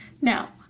Now